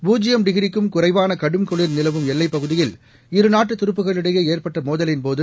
பூஜ்யம் டிகிரிக்கும் குறைவான கடும் குளிர் நிலவும் எல்லைப்பகுதியில் இருநாட்டு துருப்புகளிடையே ஏற்பட்ட மோதலின்போது